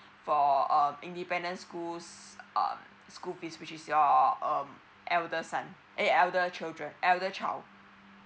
for um independents schools um school fees which is your um elder son eh elder children elder child